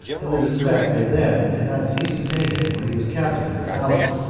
and the respect they then had not ceased to pay him when he was captain of a thousand,